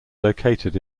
located